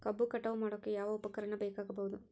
ಕಬ್ಬು ಕಟಾವು ಮಾಡೋಕೆ ಯಾವ ಉಪಕರಣ ಬೇಕಾಗಬಹುದು?